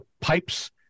pipes